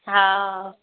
हा